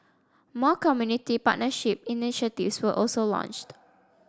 more community partnership initiatives were also launched